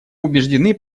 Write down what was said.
убеждены